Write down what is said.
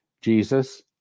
Jesus